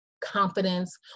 confidence